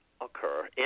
occur